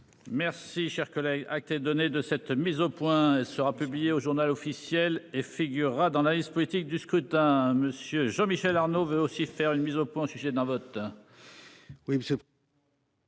Merci cher collègue. Donner de cette mise au point sera publié au Journal officiel et figurera dans la liste politique du scrutin monsieur Jean-Michel Arnaud veut aussi faire une mise au point sujet dans votre.